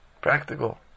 Practical